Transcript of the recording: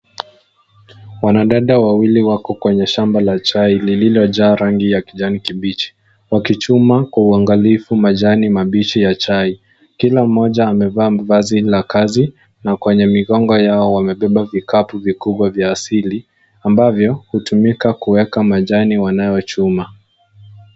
Wandada wawili wako kwenye shamba ya chai liliojaa rangi ya kijani kibichi, wakichuma kwa uangaalifu majani mabichi ya chai. Kila moja amevaa vazi la kazi na kwenye migongo yao amebeba vikapu vikubwa vya asili ambavyo hutumika kuweka majani wanayochuma.